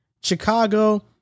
Chicago